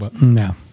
No